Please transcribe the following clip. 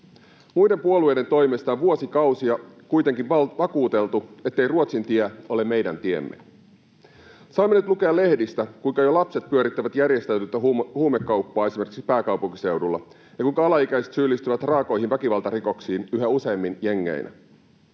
Muiden puolueiden toimesta on vuosikausia kuitenkin vakuuteltu, ettei Ruotsin tie ole meidän tiemme. Saamme nyt lukea lehdistä, kuinka jo lapset pyörittävät järjestäytynyttä huumekauppaa esimerkiksi pääkaupunkiseudulla ja kuinka alaikäiset syyllistyvät raakoihin väkivaltarikoksiin yhä useammin jengeinä.